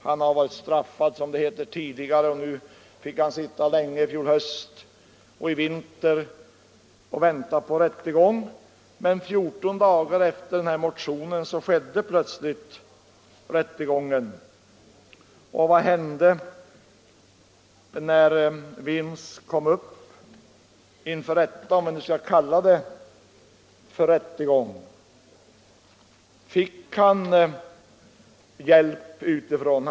Han har varit straffad, som det heter, tidigare och fick i fjol höst och vinter vistas i fängelse i väntan på rättegång. Fjorton dagar efter det att jag skrivit denna motion ägde plötsligt rättegången rum. Fick då Vins hjälp utifrån under rättegången, om man nu skall kalla det för en rättegång?